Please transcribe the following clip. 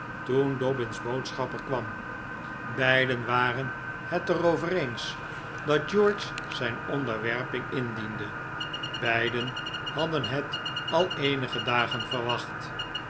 toen dobbin's boodschapper kwam beiden waren het er over eens dat george zijn onderwerping indiende beiden hadden het al eenige dagen verwacht